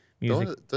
music